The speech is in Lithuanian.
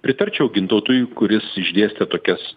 pritarčiau gintautui kuris išdėstė tokias